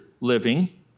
living